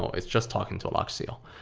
it's just talking to alluxio.